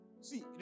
see